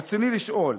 רצוני לשאול: